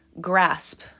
grasp